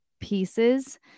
pieces